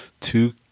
two